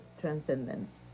transcendence